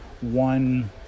one